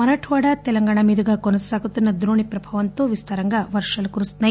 మరఠ్పాడ తెలంగాణ మీదుగా కొనసాగుతున్న ద్రోణి ప్రభావంతో విస్తారంగా వర్షాలు కురుస్తున్నాయి